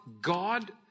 God